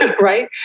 Right